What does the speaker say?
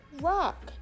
rock